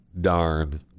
darn